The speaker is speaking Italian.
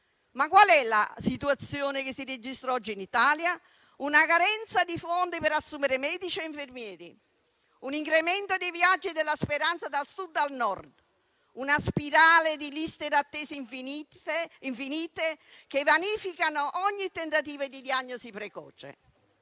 Ma qual è la situazione che si registra oggi in Italia? Una carenza di fondi per assumere medici e infermieri, un incremento dei viaggi della speranza dal Sud al Nord, una spirale di liste d'attesa infinite, che vanificano ogni tentativo di diagnosi precoce.